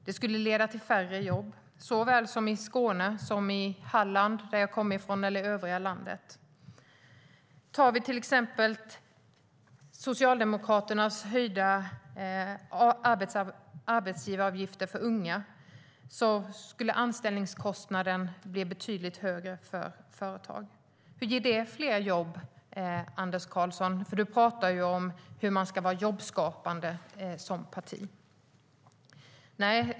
Det skulle leda till färre jobb, såväl i Skåne och Halland, som jag kommer från, som i övriga landet. Med Socialdemokraternas höjda arbetsgivaravgifter för unga skulle anställningskostnaderna för företag bli betydligt högre. Hur ger det fler jobb, Anders Karlsson? Du talade ju om hur man ska vara jobbskapande som parti.